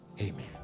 amen